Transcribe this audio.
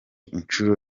incuro